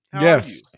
Yes